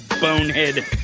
bonehead